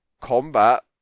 combat